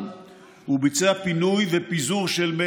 מה